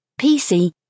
PC